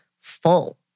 full